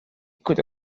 could